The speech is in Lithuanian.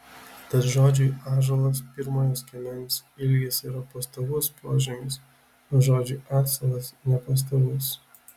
tad žodžiui ąžuolas pirmojo skiemens ilgis yra pastovus požymis o žodžiui asilas nepastovus